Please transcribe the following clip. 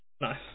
Nice